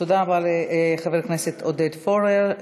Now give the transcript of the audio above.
תודה רבה לחבר הכנסת עודד פורר.